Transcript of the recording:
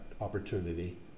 opportunity